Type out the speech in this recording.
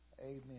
Amen